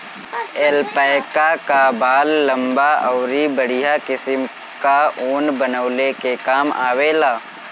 alpaca कअ बाल लंबा अउरी बढ़िया किसिम कअ ऊन बनवले के काम आवेला